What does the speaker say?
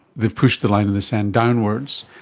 they've pushed the line in the sand downwards.